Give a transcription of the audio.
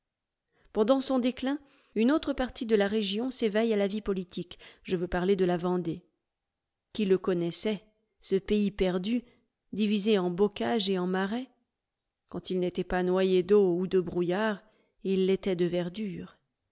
pendant son déclin une autre partie de la région s'éveille à la vie politique je veux parler de la vendée qui le connaissait ce pays perdu divisé en bocage et en marais quand il n'était pas noyé d'eau ou de brouillard il l'était de verdure